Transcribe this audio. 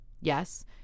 Yes